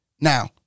Now